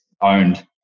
owned